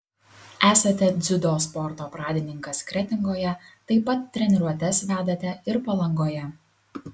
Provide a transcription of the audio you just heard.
esate dziudo sporto pradininkas kretingoje taip pat treniruotes vedate ir palangoje